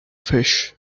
fish